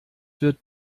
wird